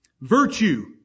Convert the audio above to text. virtue